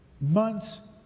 months